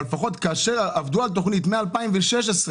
אבל כאשר עבדו על תוכנית מ-2016,